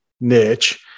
niche